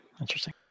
interesting